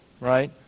right